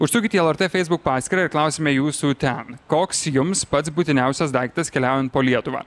užsukit į lrt facebook paskyrą ir klausiame jūsų te koks jums pats būtiniausias daiktas keliaujant po lietuvą